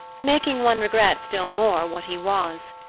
making one regret still more what he was.